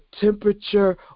temperature